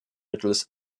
mittels